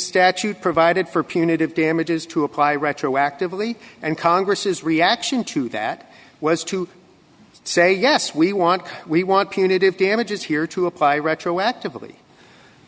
statute provided for punitive damages to apply retroactively and congress's reaction to that was to say yes we want we want peanut if damages here to apply retroactively